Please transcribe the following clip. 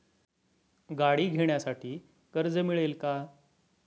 गाडी घेण्यासाठी कर्ज मिळेल का?